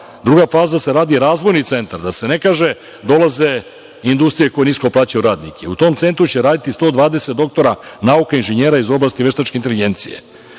faza. Druga faza se radi razvojni centar, da se ne kaže dolaze industrije koje nisko plaćaju radnike. U tom centru će raditi 120 doktora nauka inženjera iz oblasti veštačke inteligencije.